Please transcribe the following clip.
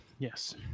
Yes